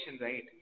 right